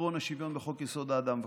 עקרון השוויון בחוק-יסוד: האדם וחירותו.